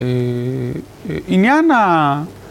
‫עניין ה...